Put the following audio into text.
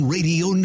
Radio